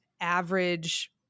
average